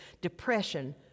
depression